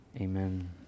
amen